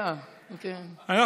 לשיחה שלנו.